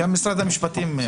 גם משרד המשפטים חושב כך.